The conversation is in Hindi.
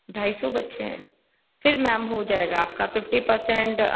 ढाई सौ बच्चे हैं फिर मैम हो जाएगा आपका फिफ्टी परसेंट